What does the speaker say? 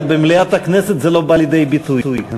אבל במליאת הכנסת זה לא בא לידי ביטוי.